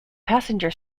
passenger